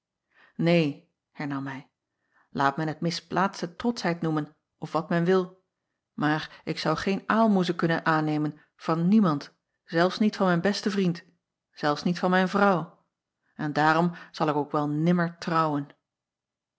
een hernam hij laat men het misplaatste trotschheid noemen of wat men wil maar ik zou geen aalmoezen kunnen aannemen van niemand zelfs niet van mijn besten vriend zelfs niet van mijn vrouw en daarom zal ik wel ook nimmer trouwen